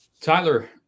Tyler